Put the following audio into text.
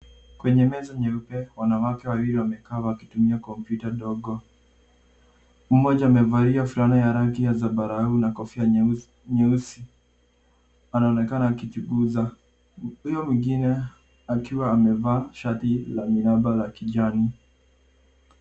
Kwenye meza nyeupe, wanawake wawili wamekaa wakitumia kompyuta ndogo. Mmoja amevalia fulana ya rangi ya zambarau na kofia nyeusi. Wanonekana wakichunguza. Huyo mwingine akiwa amevaa shati la miraba la kijani.